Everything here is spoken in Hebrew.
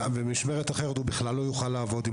ובמשמרת אחרת הוא בכלל לא יוכל לעבוד אם